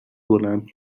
بلند